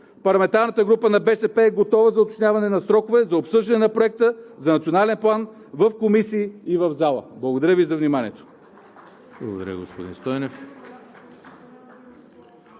Парламентарната група на „БСП за България“ е готова за уточняване на сроковете за обсъждане на проекта за Национален план в комисиите и в зала. Благодаря Ви за вниманието.